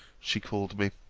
she called me.